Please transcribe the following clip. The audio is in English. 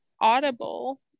Audible